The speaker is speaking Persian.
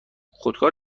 خودکار